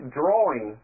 drawing